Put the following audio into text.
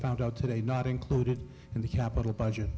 found out today not included in the capital budget